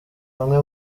bamwe